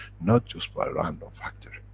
not just by random factor.